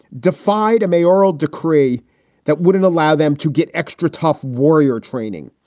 defied a mayoral decree that wouldn't allow them to get extra tough warrior training.